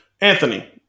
Anthony